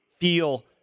feel